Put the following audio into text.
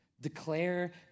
Declare